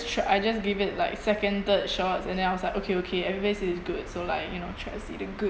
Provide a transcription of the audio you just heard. should I just give it like second third shots and then I was like okay okay everybody says it's good so like you know try to see the good